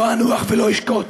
לא אנוח ולא אשקוט,